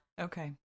Okay